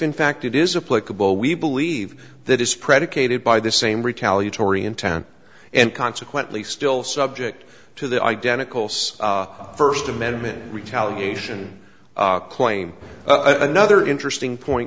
in fact it is a placebo we believe that is predicated by the same retaliatory intent and consequently still subject to the identical so first amendment retaliation claim another interesting point